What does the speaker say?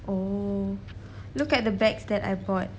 oh look at the bags that I bought